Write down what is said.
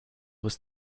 was